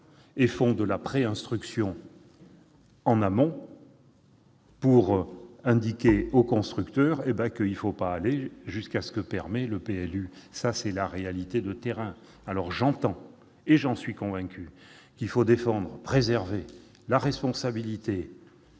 font de la préinstruction en amont pour signifier aux constructeurs qu'il ne faut pas aller jusqu'au bout de ce que permet le PLU. C'est aussi une réalité de terrain. J'entends, et j'en suis convaincu, qu'il faut défendre et préserver la responsabilité